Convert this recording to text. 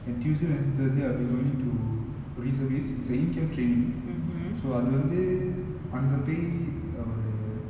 and tuesday wednesday thursday I'll be going to reservist it's a in camp training so அதுவந்து அங்கபோய் ஒரு:athuvanthu angapoai oru